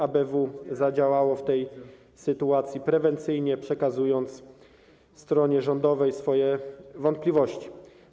ABW zadziałało w tej sytuacji prewencyjnie, przekazując stronie rządowej swoje wątpliwości.